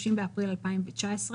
30 באפריל 2019,